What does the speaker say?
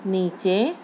نیچے